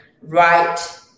right